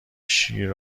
شیر